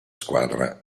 squadra